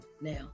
now